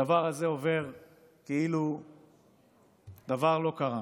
הדבר הזה עובר כאילו דבר לא קרה.